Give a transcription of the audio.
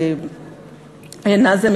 נאזם,